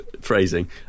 phrasing